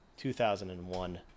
2001